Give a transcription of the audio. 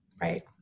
Right